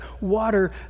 water